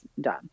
done